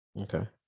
Okay